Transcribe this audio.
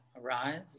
arise